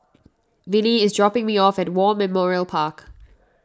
Vinnie is dropping me off at War Memorial Park